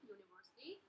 University